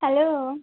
hello